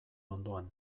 ondoan